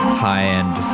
high-end